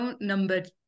numbered